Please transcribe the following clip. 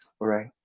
right